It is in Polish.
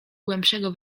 głębszego